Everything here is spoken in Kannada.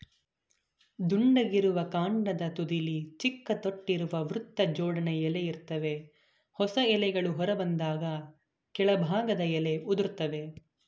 ದುಂಡಗಿರುವ ಕಾಂಡದ ತುದಿಲಿ ಚಿಕ್ಕ ತೊಟ್ಟಿರುವ ವೃತ್ತಜೋಡಣೆ ಎಲೆ ಇರ್ತವೆ ಹೊಸ ಎಲೆಗಳು ಹೊರಬಂದಾಗ ಕೆಳಭಾಗದ ಎಲೆ ಉದುರ್ತವೆ